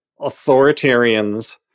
authoritarians